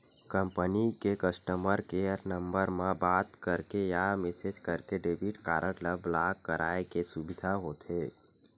company के customer care number म बात करके या मेसेज करके डेबिट कारड ल ब्लॉक कराए के सुबिधा होथे